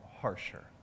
harsher